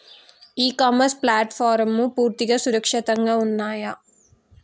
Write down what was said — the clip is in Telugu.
ఇ కామర్స్ ప్లాట్ఫారమ్లు పూర్తిగా సురక్షితంగా ఉన్నయా?